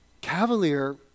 cavalier